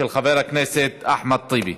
של חבר הכנסת אחמד טיבי.